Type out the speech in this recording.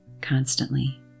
constantly